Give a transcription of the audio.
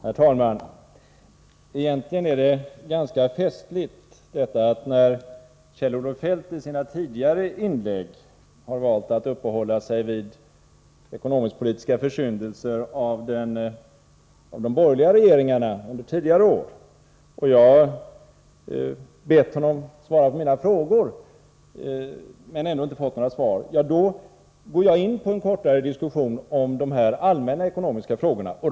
Herr talman! Egentligen är det ganska festligt. Sedan Kjell-Olof Feldt i sina tidigare inlägg har valt att uppehålla sig vid ekonomisk-politiska försyndelser av de borgerliga regeringarna under tidigare år, och jag har bett honom att svara på mina frågor men inte fått några svar, så går jag in på en kortare diskussion om allmänna ekonomiska problem.